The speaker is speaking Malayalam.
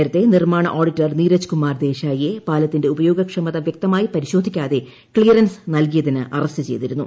നേരത്തെ നിർമ്മാണ ഓഡിറ്റർ നീരജ് കൂമാർ ദേശായിയെ പാലത്തിന്റെ ഉപയോഗക്ഷമത വ്യക്തമായി ്പരിശോധിക്കാതെ ക്ലിയറൻസ് നൽകിയതിന് അറസ്റ്റ് ചെയ്തിരുന്നു